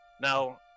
Now